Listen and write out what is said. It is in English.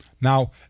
Now